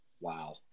Wow